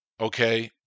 okay